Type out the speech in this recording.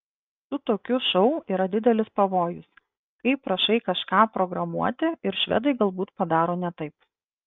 su tokiu šou yra didelis pavojus kai prašai kažką programuoti ir švedai galbūt padaro ne taip